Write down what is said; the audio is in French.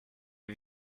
est